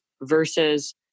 versus